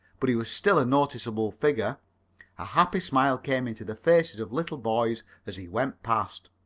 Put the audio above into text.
but he was still a noticeable figure a happy smile came into the faces of little boys as he went past.